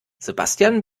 sebastian